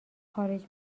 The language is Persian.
خارج